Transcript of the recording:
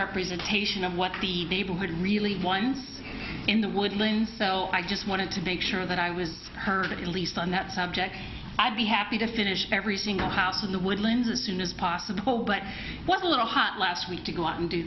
misrepresentation of what the neighborhood really won in the woodlands so i just wanted to make sure that i was heard at least on that subject i'd be happy to finish every single house in the woodlands as soon as possible but was a little hot last week to go out and do